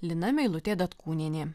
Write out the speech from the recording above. lina meilutė datkūnienė